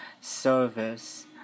Service